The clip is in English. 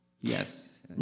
Yes